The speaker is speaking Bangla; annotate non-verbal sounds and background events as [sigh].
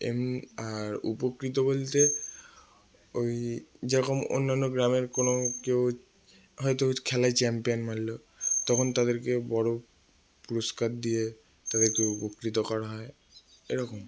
[unintelligible] আর উপকৃত বলতে ওই যেরকম অন্যান্য গ্রামের কোনো কেউ হয়তো খেলায় চ্যাম্পিয়ন মানলো তখন তাদেরকে বড় পুরস্কার দিয়ে তাদেরকে উপকৃত করা হয় এরকম